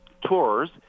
tours